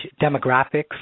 demographics